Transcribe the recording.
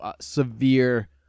severe